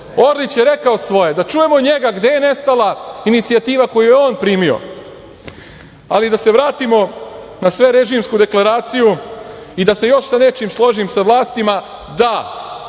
Orlić je rekao svoje, da čujemo njega gde je nestala Inicijativa koju je on primio. Da se vratimo na sverežimsku deklaraciju i da se još sa nečim složim sa vlastima. Da,